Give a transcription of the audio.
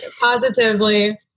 positively